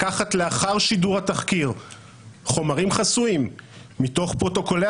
לקחת לאחר שידור התחקיר חומרים חסויים מתוך פרוטוקולי